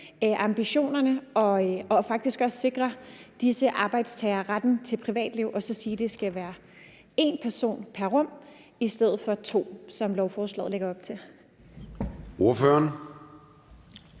ambitionerne og faktisk sikre disse arbejdstagere retten til privatliv og så sige, at det skal være én person pr. rum i stedet for to, som lovforslaget lægger op til. Kl.